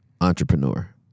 entrepreneur